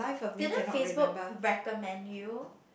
didn't Facebook recommend you